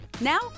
Now